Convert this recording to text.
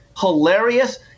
hilarious